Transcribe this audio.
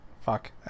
Fuck